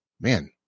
man